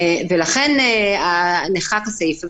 ולכן נכנס הסעיף הזה,